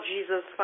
Jesus